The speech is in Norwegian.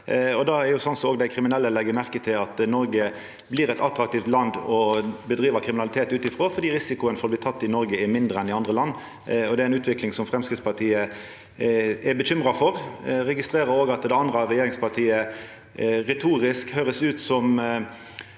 dei kriminelle legg merke til, og Noreg blir eit attraktivt land å driva kriminalitet ut frå, fordi risikoen for å bli teken i Noreg er mindre enn i andre land. Det er ei utvikling som Framstegspartiet er bekymra for. Eg registrerer òg at det andre regjeringspartiet retorisk høyrest ut som